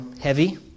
heavy